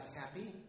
happy